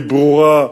היא ברורה,